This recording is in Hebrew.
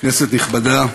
כנסת נכבדה,